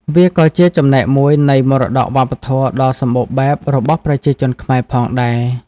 វាក៏ជាចំណែកមួយនៃមរតកវប្បធម៌ដ៏សម្បូរបែបរបស់ប្រជាជនខ្មែរផងដែរ។